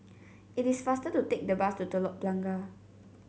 it is faster to take the bus to Telok Blangah